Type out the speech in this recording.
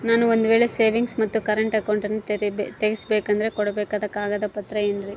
ನಾನು ಒಂದು ವೇಳೆ ಸೇವಿಂಗ್ಸ್ ಮತ್ತ ಕರೆಂಟ್ ಅಕೌಂಟನ್ನ ತೆಗಿಸಬೇಕಂದರ ಕೊಡಬೇಕಾದ ಕಾಗದ ಪತ್ರ ಏನ್ರಿ?